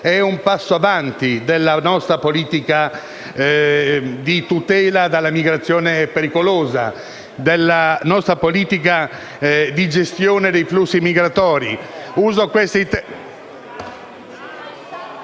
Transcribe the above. È un passo avanti della nostra politica di tutela dalla migrazione pericolosa, della nostra politica di gestione dei flussi migratori.